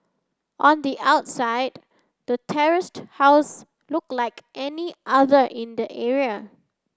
on the outside the terraced house look like any other in the area